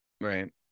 Right